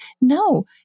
no